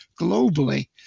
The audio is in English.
globally